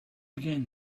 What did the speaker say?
again